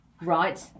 Right